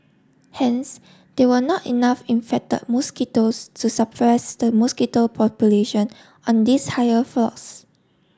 hence there were not enough infected mosquitoes to suppress the mosquito population on these higher floors